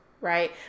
right